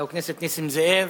חבר כנסת נסים זאב,